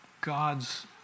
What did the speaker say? God's